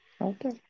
Okay